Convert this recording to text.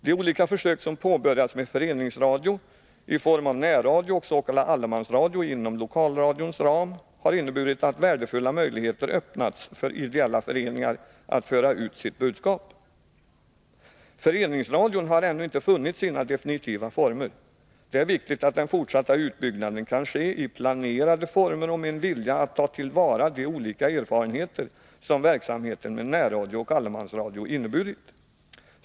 De olika försök som påbörjats med föreningsradio, i form av närradio och s.k. allemansradio inom lokalradions ram, har inneburit att värdefulla möjligheter öppnats för ideella föreningar att föra ut sitt budskap. Föreningsradion har ännu inte funnit sina definitiva former. Det är viktigt att den fortsatta utbyggnaden kan ske i planerade former och med en vilja att ta till vara de olika erfarenheter som verksamheten med närradio och allemansradio inneburit.